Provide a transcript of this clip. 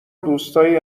دوستایی